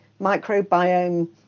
microbiome